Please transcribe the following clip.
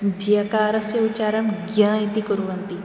ज्ञकारस्य उच्चारणं ग्य इति कुर्वन्ति